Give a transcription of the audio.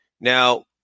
Now